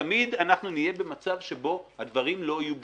ותמיד אנחנו נהיה במצב שבו הדברים לא יהיו ברורים.